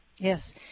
Yes